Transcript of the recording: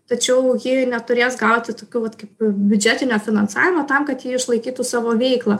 tačiau ji neturės gauti tokių vat kaip biudžetinio finansavimo tam kad ji išlaikytų savo veiklą